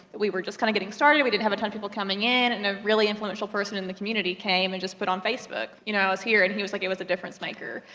that we were just kind of getting started, we didn't have a ton of people coming in, and a really influential person in the community came, and just put on facebook, you know, i was here. and he was like, it was a difference maker.